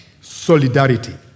Solidarity